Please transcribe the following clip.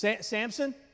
Samson